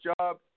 job